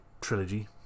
trilogy